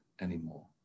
anymore